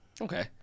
Okay